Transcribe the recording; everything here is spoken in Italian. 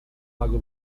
lago